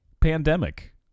pandemic